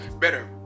better